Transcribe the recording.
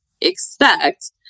expect